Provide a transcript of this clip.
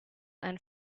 and